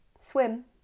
swim